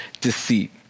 deceit